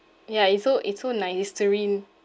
ya it's so it's so nice it's serene